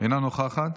אינה נוכחת.